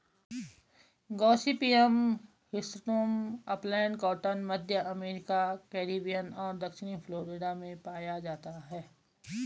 Gossypium hirsutum upland cotton, मध्य America, Caribbean और दक्षिणी फ्लोरिडा में पाया जाता है